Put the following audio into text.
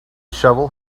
shovel